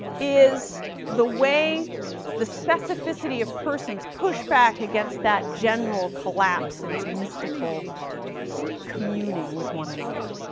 is the way the specificity of persons pushed back against that general collapse into mystical communing with one another.